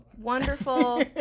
wonderful